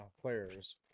players